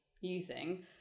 using